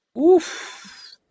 Oof